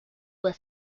where